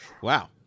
Wow